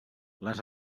les